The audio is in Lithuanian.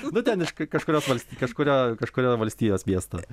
nu ten iš ka kažkurios valsti kažkurio kažkurio valstijos miesto